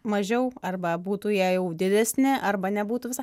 mažiau arba būtų jie jau didesni arba nebūtų visa